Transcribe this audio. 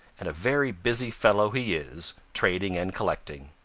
and a very busy fellow he is, trading and collecting.